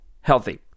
healthy